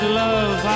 love